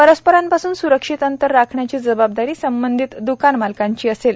परस्परांपासून सुरक्षित अंतर राखण्याची जबाबदारी संबंधित दुकानमालकांची असेल